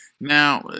Now